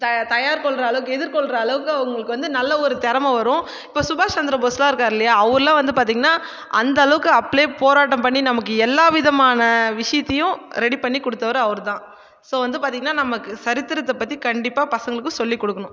த தயார் கொள்கிற அளவுக்கு எதிர்கொள்கிற அளவுக்கு அவங்களுக்கு வந்து நல்ல ஒரு திறமை வரும் இப்போ சுபாஷ் சந்திரபோஸ்லாம் இருக்காரு இல்லையா அவரெலாம் பார்த்தீங்கன்னா அந்த அளவுக்கு அப்போலே போராட்டம் பண்ணி நமக்கு எல்லாவிதமான விஷயத்தையும் ரெடி பண்ணி கொடுத்தவர் அவர் தான் ஸோ வந்து பார்த்தீங்கன்னா நமக்கு சரித்திரத்தை பற்றி கண்டிப்பாக பசங்களுக்கு சொல்லிக் கொடுக்கணும்